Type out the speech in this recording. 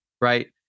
Right